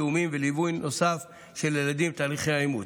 תיאומים וליווי נוסף של ילדים בתהליכי אימוץ.